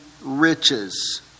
riches